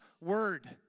word